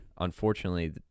Unfortunately